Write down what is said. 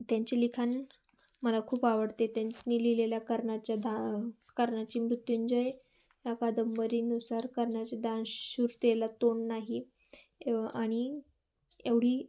त्यांचे लिखाण मला खूप आवडते त्यांनी लिहिलेल्या कर्णाच्या दा कर्णाची मृत्युंजय या कादंबरीनुसार कर्णाचे दानशूरतेला तोंड नाही आणि एवढी